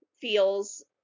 feels